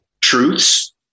Truths